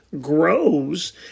grows